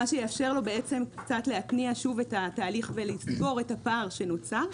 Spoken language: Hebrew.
מה שיאפשר לו להתניע שוב את התהליך ולסגור את הפער שנוצר.